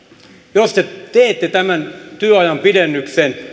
jos te teette tämän työajan pidennyksen